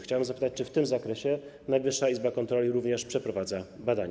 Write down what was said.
Chciałem zapytać, czy w tym zakresie Najwyższa Izba Kontroli również przeprowadza badania.